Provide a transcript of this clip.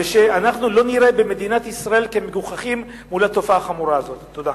ואנחנו לא ניראה כמגוחכים מול התופעה החמורה הזאת במדינת ישראל.